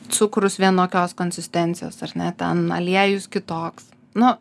cukrus vienokios konsistencijos ar ne ten aliejus kitoks nu